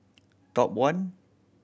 Top One